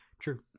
True